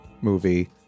movie